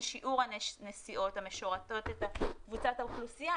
שיעור הנסיעות המשורתות את קבוצת האוכלוסייה,